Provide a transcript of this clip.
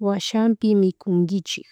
washanpi mikunkichik